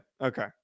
Okay